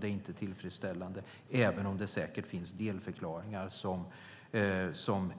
Det är inte tillfredsställande, även om det säkert finns delförklaringar som